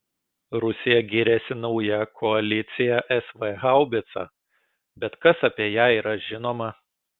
rusija giriasi nauja koalicija sv haubica bet kas apie ją yra žinoma